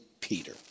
Peter